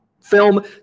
film